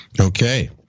Okay